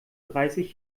dreißig